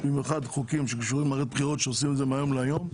במיוחד חוקים שקשורים במערכת בחירות שעושים מהיום להיום,